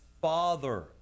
Father